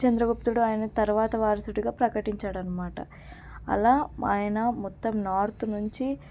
చంద్రగుప్తుడు అయిన తర్వాత వారసుడుగా ప్రకటించాడన్నమాట అలా ఆయన మొత్తం నార్త్ నుంచి